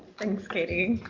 thanks katie.